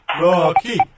Rocky